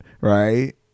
Right